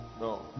no